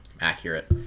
accurate